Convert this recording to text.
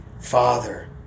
Father